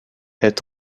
est